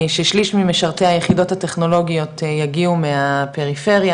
ששליש ממשרתי יחידות הטכנולוגיות יגיעו מהפריפריה,